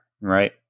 right